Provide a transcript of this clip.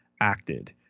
acted